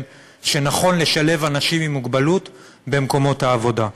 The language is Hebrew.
שנכון לשלב אנשים עם מוגבלות במקומות העבודה.